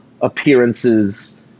appearances